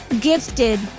gifted